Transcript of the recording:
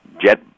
jet